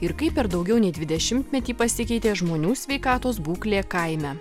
ir kaip per daugiau nei dvidešimtmetį pasikeitė žmonių sveikatos būklė kaime